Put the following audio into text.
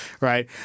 right